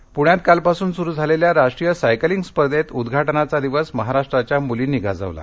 स्पर्धाः प्रण्यात कालपासून सुरु झालेल्या राष्ट्रीय सायकलींग स्पर्धेत उद्घाटनाचा दिवस महाराष्ट्राच्या मुलींनी गाजवला